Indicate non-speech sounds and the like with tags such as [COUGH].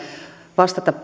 vastata [UNINTELLIGIBLE]